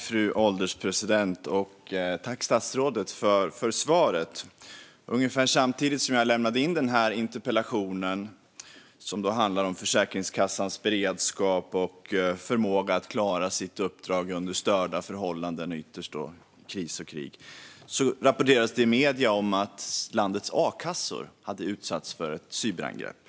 Fru ålderspresident! Jag tackar statsrådet för svaret. Ungefär samtidigt som jag lämnade in min interpellation om Försäkringskassans beredskap och förmåga att klara sitt uppdrag under störda förhållanden och ytterst kris och krig rapporterade medierna att landets akassor hade utsatts för cyberangrepp.